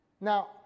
Now